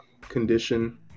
condition